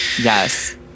Yes